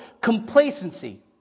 Complacency